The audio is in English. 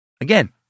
Again